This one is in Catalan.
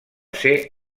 ser